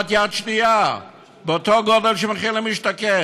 יד שנייה באותו גובה של מחיר למשתכן.